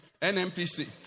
NMPC